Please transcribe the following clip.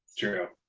true.